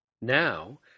Now